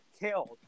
killed